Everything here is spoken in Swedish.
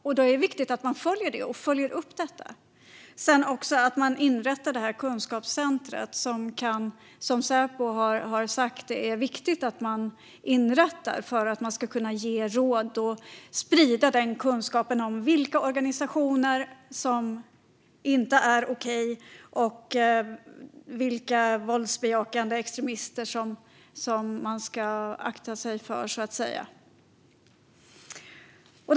Det är viktigt att följa upp detta, liksom att inrätta det kunskapscenter som Säpo har sagt är viktigt för att kunna ge råd och sprida kunskap om vilka organisationer som inte är okej och vilka våldsbejakande extremister som man så att säga ska akta sig för.